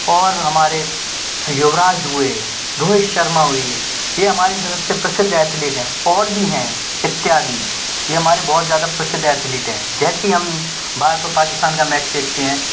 और हमारे युवराज हुए रोहित शर्मा हुए ये हमारे सब से प्रसिद्ध ऐथ्लीट हैं और भी हैं इत्यादि ये हमारे बहुत ज़्यादा प्रसिद्ध ऐथ्लीट हैं जैसे ही हम भारत और पकिस्तान का मैच देखते हैं